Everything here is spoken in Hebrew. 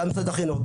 החינוך,